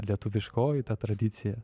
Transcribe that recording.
lietuviškoji tradicija